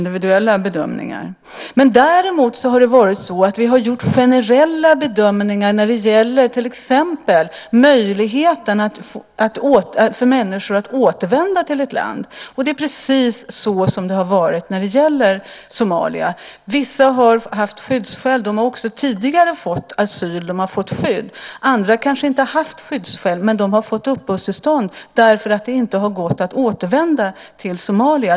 Däremot har vi gjort generella bedömningar när det gäller till exempel möjligheterna för människor att återvända till ett land, och det är precis så som det har varit när det gäller Somalia. Vissa har haft skyddsskäl, och de har också tidigare fått asyl och skydd. Andra har kanske inte haft skyddsskäl, men de har fått uppehållstillstånd därför att det inte har gått att återvända till Somalia.